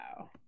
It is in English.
Wow